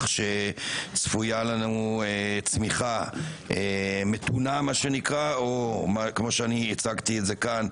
מכך שצפויה לנו צמיחה מתונה או כמו שאני הצגתי כאן,